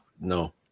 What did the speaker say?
no